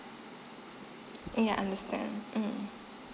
yeah understand mm